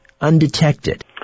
undetected